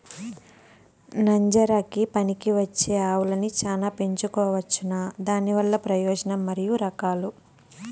నంజరకి పనికివచ్చే ఆవులని చానా పెంచుకోవచ్చునా? దానివల్ల ప్రయోజనం మరియు రకాలు?